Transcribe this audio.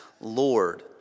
Lord